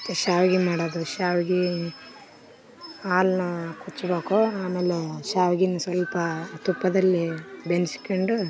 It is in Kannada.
ಶಾವಿಗೆ ಮಾಡೋದು ಶಾವ್ಗೆ ಹಾಲ್ನ ಕುಚ್ಚಿಬೇಕು ಆಮೇಲೆ ಶಾವ್ಗೆನ್ ಸ್ವಲ್ಪ ತುಪ್ಪದಲ್ಲಿ ಬೇನಸ್ಕೊಂಡು